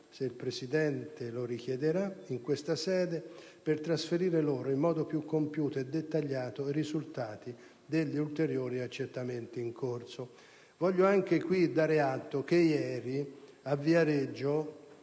se il Presidente lo richiederà - in questa sede per trasferire loro in modo più compiuto e dettagliato i risultati degli ulteriori accertamenti in corso. Voglio, inoltre, dare atto in questa sede